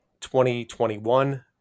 2021